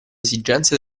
esigenze